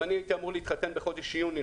אם הייתי אמור להתחתן בחודש יוני,